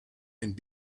and